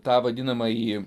tą vadinamąjį